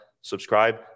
subscribe